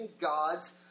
God's